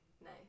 nice